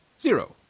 Zero